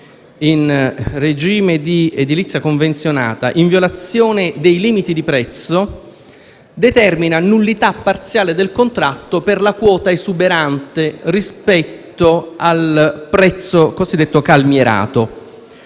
in regime di edilizia convenzionata, in violazione dei limiti di prezzo, determina la nullità parziale del contratto per la quota esuberante rispetto al prezzo cosiddetto calmierato.